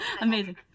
Amazing